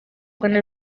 rwanda